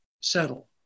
settle